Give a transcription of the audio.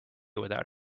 without